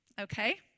okay